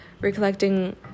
recollecting